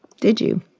did you?